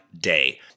day